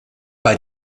bei